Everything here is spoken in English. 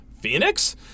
Phoenix